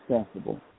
accessible